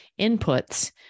inputs